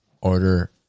order